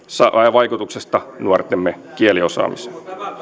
vaikutuksesta nuortemme kieliosaamiseen